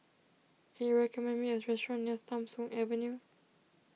can you recommend me a restaurant near Tham Soong Avenue